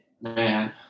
man